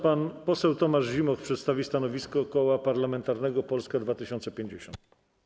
Pan poseł Tomasz Zimoch przedstawi stanowisko Koła Parlamentarnego Polska 2050.